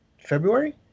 February